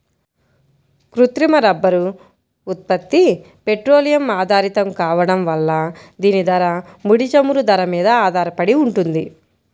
కృత్రిమ రబ్బరు ఉత్పత్తి పెట్రోలియం ఆధారితం కావడం వల్ల దీని ధర, ముడి చమురు ధర మీద ఆధారపడి ఉంటుంది